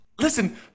Listen